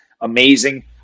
amazing